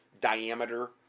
diameter